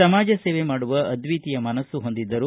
ಸಮಾಜ ಸೇವೆ ಮಾಡುವ ಅದ್ವಿತೀಯ ಮನಸ್ಸು ಹೊಂದಿದ್ದರು